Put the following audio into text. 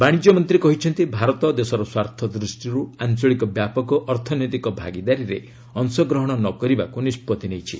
ବାଣିଜ୍ୟମନ୍ତ୍ରୀ କହିଛନ୍ତି ଭାରତ ଦେଶର ସ୍ୱାର୍ଥ ଦୃଷ୍ଟିରୁ ଆଞ୍ଚଳିକ ବ୍ୟାପକ ଅର୍ଥନୈତିକ ଭାଗିଦାରୀରେ ଅଂଶ ଗ୍ରହଣ ନ କରିବାକୁ ନିଷ୍ପଭି ନେଇଛି